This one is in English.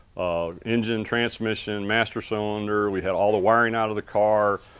engine, transmission, master cylinder, we had all the wiring out of the car.